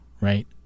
right